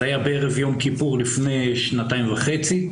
זה היה בערב יום כיפור לפני שנתיים וחצי.